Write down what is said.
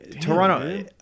Toronto